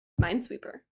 Minesweeper